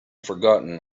forgotten